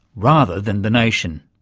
rather than the nation?